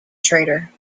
trader